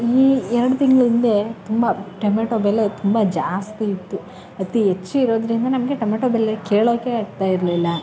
ಈ ಎರಡು ತಿಂಗ್ಳು ಹಿಂದೆ ತುಂಬ ಟೊಮೆಟೊ ಬೆಲೆ ತುಂಬ ಜಾಸ್ತಿ ಇತ್ತು ಅತಿ ಹೆಚ್ಚು ಇರೋದರಿಂದ ನಮಗೆ ಟೊಮೆಟೊ ಬೆಲೆ ಕೇಳೋಕೆ ಆಗ್ತಾಯಿರ್ಲಿಲ್ಲ